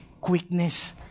Quickness